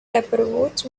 approach